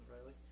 Riley